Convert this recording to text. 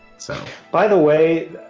so by the way,